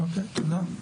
אוקיי תודה.